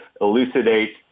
elucidate